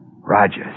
Rogers